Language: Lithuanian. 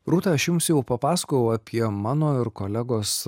rūta aš jums jau papasakojau apie mano ir kolegos